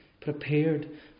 Prepared